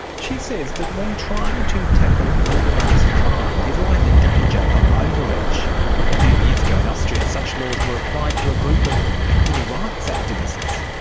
she says that when trying to tackle organised crime there's always a danger of overreach. a few years ago in austria such laws were applied to a group of animal rights activists.